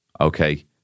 Okay